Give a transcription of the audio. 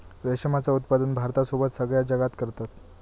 रेशमाचा उत्पादन भारतासोबत सगळ्या जगात करतत